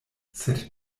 sed